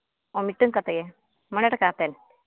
ᱚ ᱢᱤᱫᱴᱟᱹᱝ ᱠᱟᱛᱮᱫ ᱜᱮ ᱢᱚᱬᱮ ᱴᱟᱠᱟ ᱠᱟᱛᱮᱫ